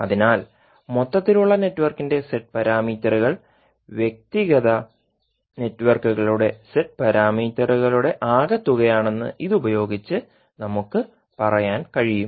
അതിനാൽ മൊത്തത്തിലുള്ള നെറ്റ്വർക്കിന്റെ z പാരാമീറ്ററുകൾ വ്യക്തിഗത നെറ്റ്വർക്കുകളുടെ z പാരാമീറ്ററുകളുടെ ആകെത്തുകയാണെന്ന് ഇതുപയോഗിച്ച് നമുക്ക് പറയാൻ കഴിയും